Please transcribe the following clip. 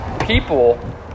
people